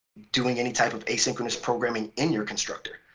doing any type of asynchronous programming in your constructor.